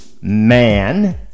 man